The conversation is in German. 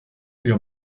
wir